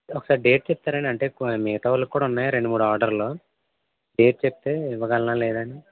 ఒకసారి డేట్ చెప్తారా అండి అంటే మిగతా వాళ్ళక్కూడా ఉన్నాయి రెండు మూడు ఆర్డర్లు డేట్ చెప్తే ఇవ్వగలనా లేదా అని